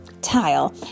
tile